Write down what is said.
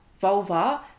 vulva